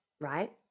right